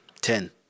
ten